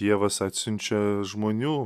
dievas atsiunčia žmonių